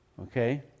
Okay